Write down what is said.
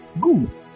Good